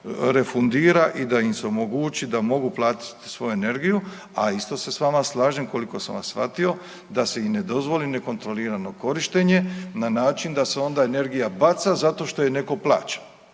refundira i da im se omogući da mogu platit svoju energiju. A isto se s vama slažem koliko sam vas shvatio da se i ne dozvoli nekontrolirano korištenje na način da se onda energija baca zato što je neko plaća.